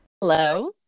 Hello